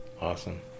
Awesome